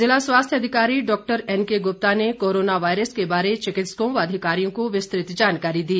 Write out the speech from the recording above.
ज़िला स्वास्थ्य अधिकारी डाक्टर एनके गुप्ता ने कोरोना वायरस के बारे चिकित्सकों व अधिकारियों को विस्तृत जानकारी दी